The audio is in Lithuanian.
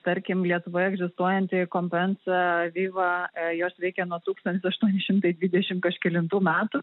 tarkim lietuvoje egzistuojanti kompensa aviva jos veikia nuo tūkstantis aštuoni šimtai dvidešim kažkelintų metų